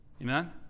Amen